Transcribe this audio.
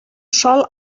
sol